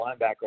linebacker